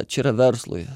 čia yra verslui